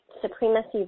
Supremacy